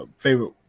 favorite